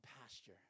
pasture